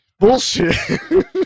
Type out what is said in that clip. Bullshit